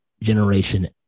Generation